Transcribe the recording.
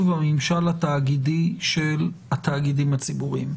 הממשל התאגידי של התאגידים הציבוריים.